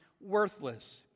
worthless